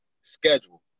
schedule